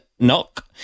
Knock